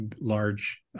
large